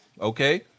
okay